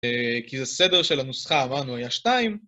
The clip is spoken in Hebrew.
כי זה סדר של הנוסחה, אמרנו היה שתיים